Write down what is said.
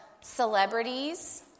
celebrities